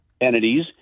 entities